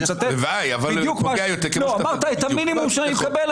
אני מצטט בדיוק -- הלוואי --- אמרת: את המינימום שאני מקבל,